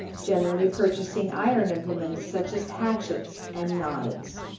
generally purchasing iron implements, such as hatchets and knives.